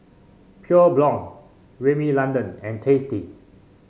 Pure Blonde Rimmel London and Tasty